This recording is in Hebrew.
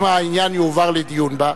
אם העניין יועבר לדיון בה,